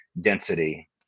density